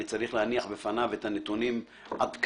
אני צריך להניח בפניו את הנתונים עדכניים.